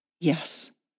Yes